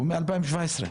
הוא מ-2017,